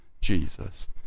Jesus